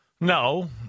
No